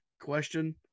question